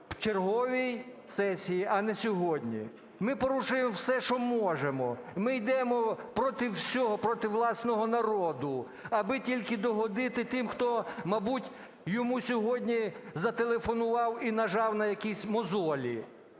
На черговій сесії, а не сьогодні. Ми порушуємо все, що можемо, і ми йдемо проти всього, проти власного народу, аби тільки догодити тим, хто, мабуть, йому сьогодні зателефонував і нажав на якісь мозолі.